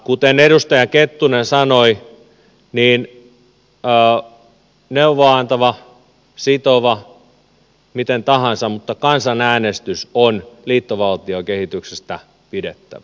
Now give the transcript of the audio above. kuten edustaja kettunen sanoi niin neuvoa antava sitova miten tahansa mutta kansanäänestys on liittovaltiokehityksestä pidettävä